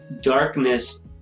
darkness